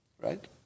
right